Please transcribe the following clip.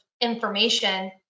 information